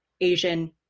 Asian